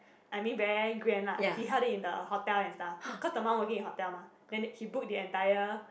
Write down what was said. I mean very grand lah he held it in a hotel and stuff cause the mum working in hotel mah then he book the entire